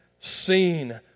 seen